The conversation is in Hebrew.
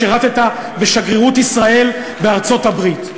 שירתָּ בשגרירות ישראל בארצות-הברית.